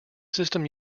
system